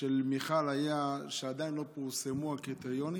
של מיכל היה שעדיין לא פורסמו הקריטריונים,